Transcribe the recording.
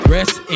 Rest